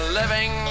living